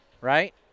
right